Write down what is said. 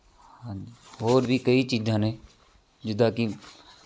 ਹਾਂਜੀ ਹੋਰ ਵੀ ਕਈ ਚੀਜ਼ਾਂ ਨੇ ਜਿੱਦਾਂ ਕਿ